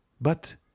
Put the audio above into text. But